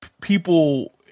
people